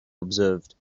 observed